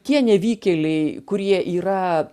tie nevykėliai kurie yra